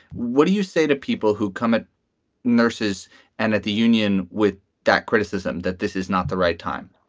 what do you say to people who come at nurses and at the union with that criticism that this is not the right time?